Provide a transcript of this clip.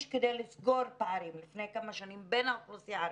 כדי לסגור פערים בין האוכלוסייה הערבית.